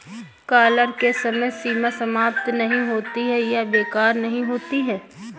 dollar की समय सीमा समाप्त नहीं होती है या बेकार नहीं होती है